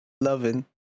loving